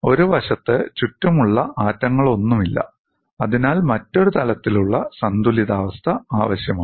ഒരു വശത്ത് ചുറ്റുമുള്ള ആറ്റങ്ങളൊന്നുമില്ല അതിനാൽ മറ്റൊരു തരത്തിലുള്ള സന്തുലിതാവസ്ഥ ആവശ്യമാണ്